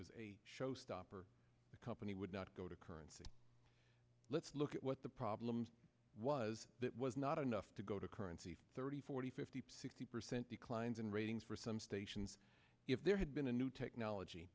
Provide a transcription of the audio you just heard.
was a showstopper the company would not go to currency let's look at what the problem was that was not enough to go to currency thirty forty fifty sixty percent declines in ratings for some stations if there had been a new technology